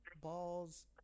balls